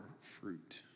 fruit